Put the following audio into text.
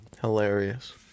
Hilarious